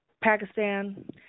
Pakistan